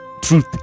truth